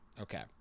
Okay